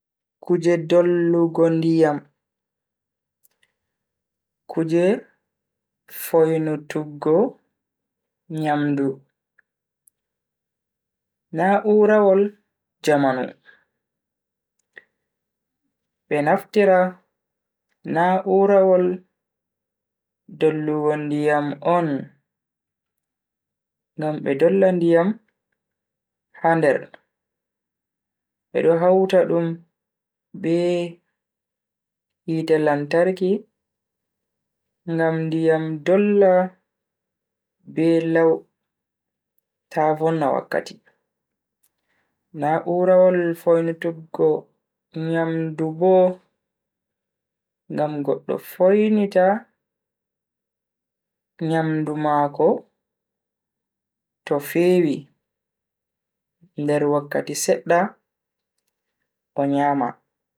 Kuje dollugo ndiyam, kuje foinutuggo nyamdu, na'urawol jamanu. Be naftira na'urawol dollugo ndiyam on ngam be dolla ndiyam ha nder bedo hauta dum be hite lantarki ngam ndiyam dolla be lau ta vonna wakkati. Na'urawol foinutuggo nyamdu bo, ngam goddo foinita nyamdu mako to fewi nder wakkati sedda o nyama.